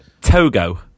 Togo